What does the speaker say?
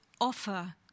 offer